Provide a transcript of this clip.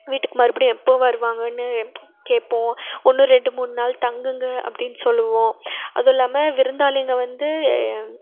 வீட்டுக்கு மறுபடியும் எப்போ வருவாங்கன்னு கேட்போம் ஒன்று ரெண்டு மூணு நாள் தங்குங்கள் அப்படின் சொல்லுவோம் அதுவும் இல்லாமல் விருந்தாளிங்க வந்து